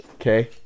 Okay